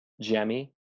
Jemmy